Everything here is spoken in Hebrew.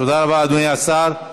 תודה רבה, אדוני השר.